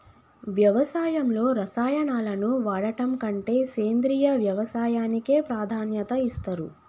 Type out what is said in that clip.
వ్యవసాయంలో రసాయనాలను వాడడం కంటే సేంద్రియ వ్యవసాయానికే ప్రాధాన్యత ఇస్తరు